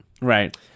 right